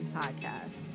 podcast